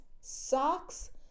socks